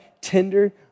tender